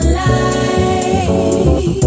light